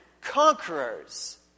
conquerors